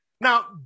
Now